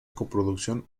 coproducción